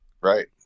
right